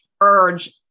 urge